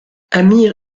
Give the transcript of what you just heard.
amir